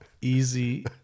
easy